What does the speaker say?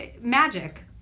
magic